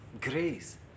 Grace